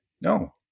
no